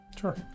Sure